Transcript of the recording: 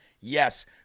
yes